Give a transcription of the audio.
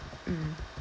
mm